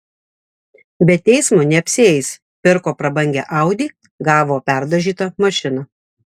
be teismo neapsieis pirko prabangią audi gavo perdažytą mašiną